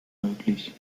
möglich